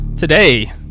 Today